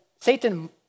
Satan